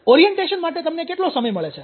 orientation માટે તમને કેટલો સમય મળે છે